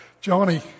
Johnny